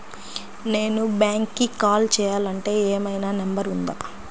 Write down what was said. నేను బ్యాంక్కి కాల్ చేయాలంటే ఏమయినా నంబర్ ఉందా?